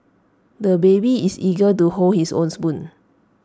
the baby is eager to hold his own spoon